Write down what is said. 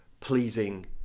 pleasing